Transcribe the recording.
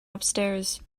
upstairs